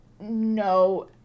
no